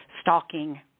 stalking